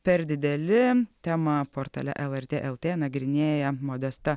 per dideli temą portale lrt lt nagrinėja modesta